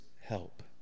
help